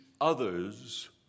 others